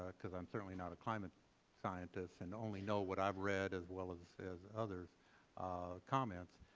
ah because i am certainly not a climate scientist and only know what i have read as well as as others' comments,